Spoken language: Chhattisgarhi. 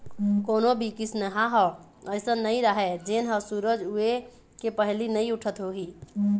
कोनो भी किसनहा ह अइसन नइ राहय जेन ह सूरज उए के पहिली नइ उठत होही